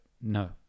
no